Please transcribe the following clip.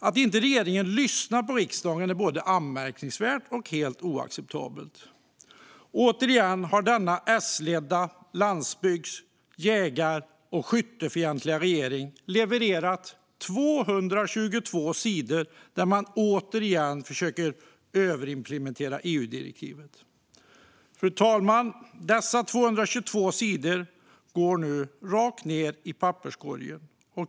Att regeringen inte lyssnar på riksdagen är både anmärkningsvärt och helt oacceptabelt. Återigen har denna S-ledda landsbygds-, jägar och skyttefientliga regering levererat 222 sidor där man försöker överimplementera EU-direktivet. Fru talman! Dessa 222 sidor går nu rakt ned i papperskorgen.